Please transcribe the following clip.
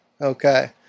Okay